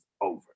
over